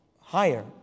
higher